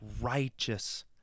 righteous